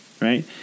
right